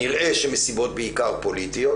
בבחירת תחומים פרופסיונליים.